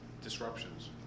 disruptions